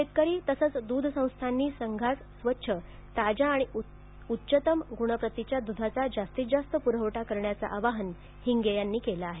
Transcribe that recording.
शेतकरी तसंच दूध संस्थांनी संघास स्वच्छ ताज्या आणि उच्चतम गुणप्रतिच्या दुधाचा जास्तीत जास्त पूरवठा करण्याचे आवाहन हिंगे यांनी केलं आहे